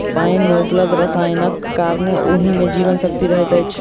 पाइन मे उपलब्ध रसायनक कारणेँ ओहि मे जीवन शक्ति रहैत अछि